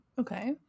Okay